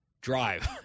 drive